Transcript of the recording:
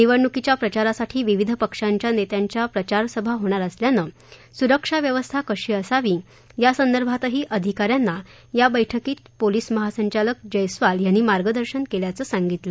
निवडणुकीच्या प्रचारासाठी विविध पक्षांच्या नेत्यांच्या प्रचारसभा होणार असल्यानं सुरक्षा व्यवस्था कशी असावी या संदर्भातही अधिकाऱ्यांना या बैठकीत पोलिस महासंचालक जयस्वाल यांनी मार्गदर्शन केल्याचं सांगितलं